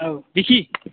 औ बिकि